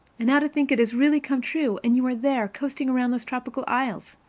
and now to think it has really come true, and you are there, coasting around those tropical isles!